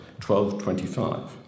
1225